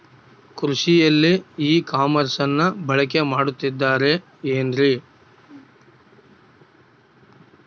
ಕೃಷಿಯಲ್ಲಿ ಇ ಕಾಮರ್ಸನ್ನ ಬಳಕೆ ಮಾಡುತ್ತಿದ್ದಾರೆ ಏನ್ರಿ?